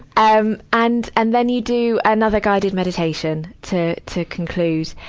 um and and then you do another guided meditation to, to conclude.